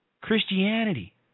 Christianity